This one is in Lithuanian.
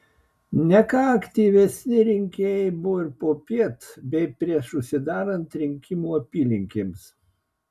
ne ką aktyvesni rinkėjai buvo ir popiet bei prieš užsidarant rinkimų apylinkėms